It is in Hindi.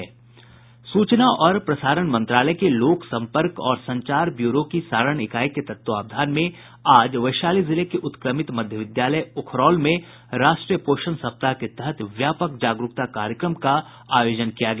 सूचना और प्रसारण मंत्रालय के लोक संपर्क और संचार ब्यूरो की सारण इकाई के तत्वावधान में आज वैशाली जिले के उत्क्रमित मध्य विद्यालय उखरौल में राष्ट्रीय पोषण सप्ताह के तहत व्यापक जागरूकता कार्यक्रम का आयोजन किया गया